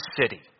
city